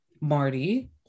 Marty